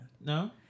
No